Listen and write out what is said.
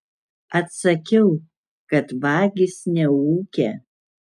atsakiau kad vagys neūkia